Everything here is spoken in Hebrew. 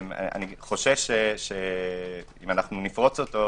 אני חושש שאם נפרוץ אותו,